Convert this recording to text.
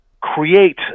create